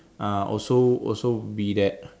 uh also also be that